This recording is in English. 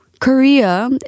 Korea